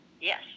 Yes